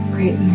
Great